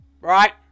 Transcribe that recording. right